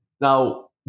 Now